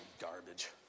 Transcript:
garbage